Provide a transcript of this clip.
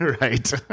Right